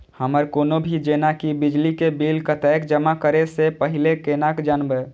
हमर कोनो भी जेना की बिजली के बिल कतैक जमा करे से पहीले केना जानबै?